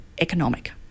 economic